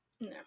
No